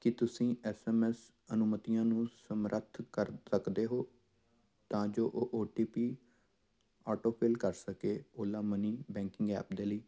ਕੀ ਤੁਸੀਂਂ S M S ਅਨੁਮਤੀਆਂ ਨੂੰ ਸਮਰੱਥ ਕਰ ਸਕਦੇ ਹੋ ਤਾਂ ਜੋ ਉਹ ਓ ਟੀ ਪੀ ਆਟੋਫਿਲ ਕਰ ਸਕੇ ਓਲਾ ਮਨੀ ਬੈਂਕਿੰਗ ਐਪ ਦੇ ਲਈ